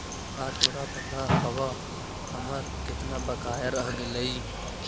का तोरा पता हवअ हमर केतना बकाया रह गेलइ